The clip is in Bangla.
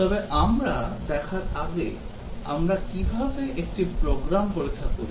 তবে আমরা দেখার আগে আমরা কীভাবে একটি প্রোগ্রাম পরীক্ষা করি